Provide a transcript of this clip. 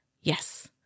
Yes